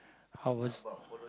how was